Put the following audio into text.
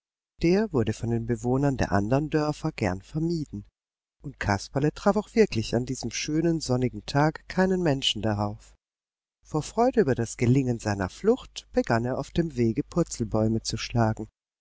der wurde von den bewohnern der anderen dörfer gern vermieden und kasperle traf auch wirklich an diesem schönen sonnigen tag keinen menschen darauf vor freude über das gelingen seiner flucht begann er auf dem wege purzelbäume zu schlagen